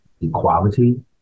equality